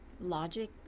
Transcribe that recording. logic